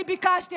אני ביקשתי,